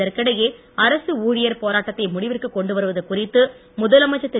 இதற்கிடையே அரசு ஊழியர் போராட்டத்தை முடிவிற்குக் கொண்டுவருவது குறித்து முதலமைச்சர் திரு